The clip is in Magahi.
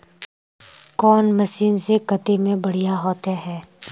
कौन मशीन से कते में बढ़िया होते है?